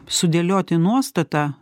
sudėlioti nuostatą